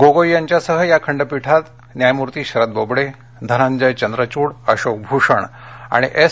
गोगोई यांच्यासह या खंडपीठात न्यायमूर्ती शरद बोबडे धनंजय चंद्रचूड अशोक भूषण आणि एस